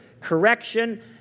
correction